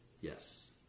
yes